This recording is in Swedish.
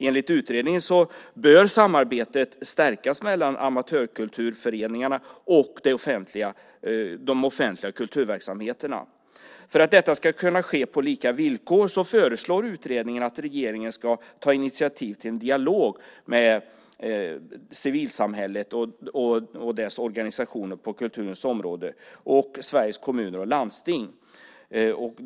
Enligt utredningen bör samarbetet stärkas mellan amatörkulturföreningarna och de offentliga kulturverksamheterna. För att detta ska kunna ske på lika villkor föreslår utredningen att regeringen ska ta initiativ till en dialog med civilsamhället och dess organisationer på kulturens område och med Sveriges Kommuner och Landsting.